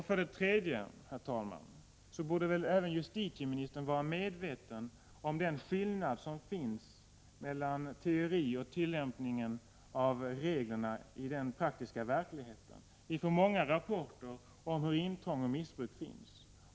För det tredje borde väl även justitieministern vara medveten om den skillnad som finns mellan teori och tillämpning av reglerna i den praktiska verkligheten. Vi får många rapporter om hur intrång och missbruk förekommer.